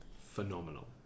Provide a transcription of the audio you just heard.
phenomenal